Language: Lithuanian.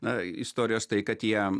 na istorijos tai kad jie